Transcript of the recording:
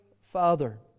father